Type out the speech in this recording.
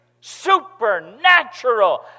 supernatural